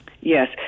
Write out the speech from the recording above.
Yes